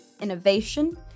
innovation